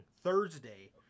Thursday